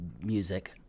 music